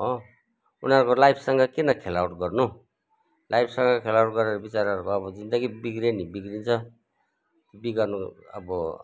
हो उनीहरूको लाइफसँग किन खेलावट गर्नु लाइफसँग खेलावट गरेर बिचराहरूको अब जिन्दगी बिग्रयो नि बिग्रिन्छ बिगार्नु अब